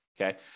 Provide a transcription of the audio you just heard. Okay